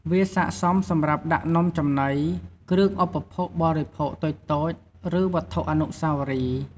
វាស័ក្តិសមសម្រាប់ដាក់នំចំណី គ្រឿងឧបភោគបរិភោគតូចៗ ឬវត្ថុអនុស្សាវរីយ៍។